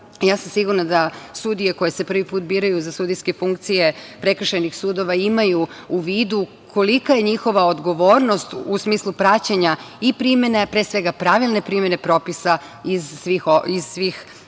propisa. Sigurna sam da sudije koje se prvi put biraju za sudijske funkcije prekršajnih sudova imaju u vidu kolika je njihova odgovornost u smislu praćenja i primene, a pre svega pravilne primene propisa iz svih ovih